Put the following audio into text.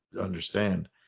understand